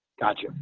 Gotcha